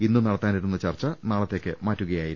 ഇന്ന് നടത്താനിരുന്ന ചർച്ച നാളത്തേക്ക് മാറ്റുകയായിരുന്നു